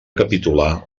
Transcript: capitular